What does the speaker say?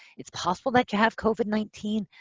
it's possible that you have covid nineteen,